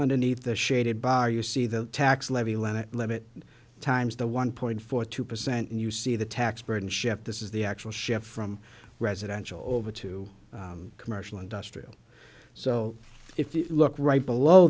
underneath the shaded bar you see the tax levy lenat limit times the one point four two percent and you see the tax burden shift this is the actual shift from residential over to commercial industrial so if you look right below